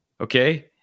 Okay